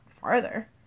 farther